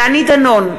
דני דנון,